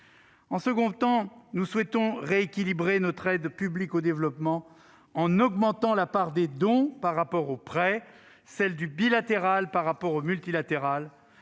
Deuxièmement, nous souhaitons rééquilibrer notre aide publique au développement en augmentant la part des dons par rapport aux prêts, celle du bilatéral par rapport au multilatéral,